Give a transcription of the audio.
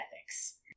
ethics